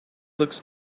looks